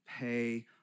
pay